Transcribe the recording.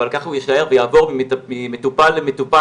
אבל ככה הוא יישאר ויעבור ממטופל למטופל